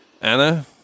Anna